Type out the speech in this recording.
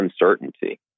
uncertainty